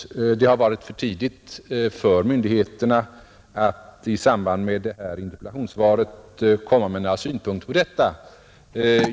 Det har varit för tidigt för myndigheterna att i samband med det här interpellationssvaret framlägga några synpunkter på detta.